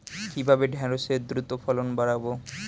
কিভাবে ঢেঁড়সের দ্রুত ফলন বাড়াব?